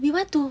we want to